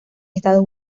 estados